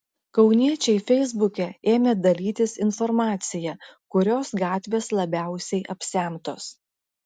kauniečiai feisbuke ėmė dalytis informacija kurios gatvės labiausiai apsemtos